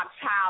child